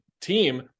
team